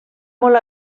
molt